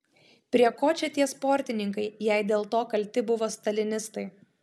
prie ko čia tie sportininkai jei dėl to kalti buvo stalinistai